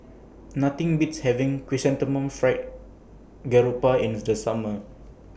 Nothing Beats having Chrysanthemum Fried Garoupa in The Just Summer